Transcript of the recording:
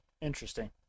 Interesting